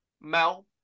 Mel